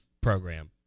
program